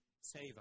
save